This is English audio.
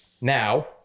Now